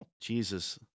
Jesus